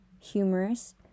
Humorous